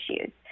issues